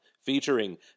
Featuring